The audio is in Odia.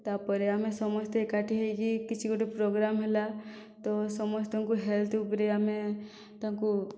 ତାପରେ ଆମେ ସମସ୍ତେ ଏକାଠି ହୋଇକି କିଛି ଗୋଟିଏ ପ୍ରୋଗ୍ରାମ ହେଲା ତ ସମସ୍ତଙ୍କୁ ହେଲ୍ଥ ଉପରେ ଆମେ ତାଙ୍କୁ